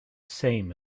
same